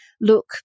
look